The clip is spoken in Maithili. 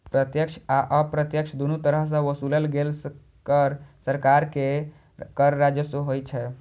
प्रत्यक्ष आ अप्रत्यक्ष, दुनू तरह सं ओसूलल गेल कर सरकार के कर राजस्व होइ छै